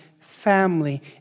family